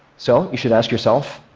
so you should ask yourself,